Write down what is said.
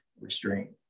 restraint